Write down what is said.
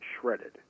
shredded